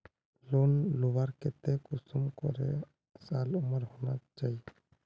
Loan लुबार केते कुंसम करे साल उमर होना चही?